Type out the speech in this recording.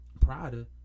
Prada